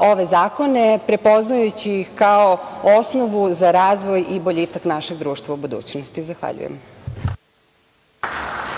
ove zakone, prepoznajući ih kao osnovu za razvoj i boljitak našeg društva u budućnosti. Zahvaljujem.